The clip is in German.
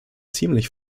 ziemlich